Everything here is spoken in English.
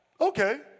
Okay